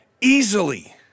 easily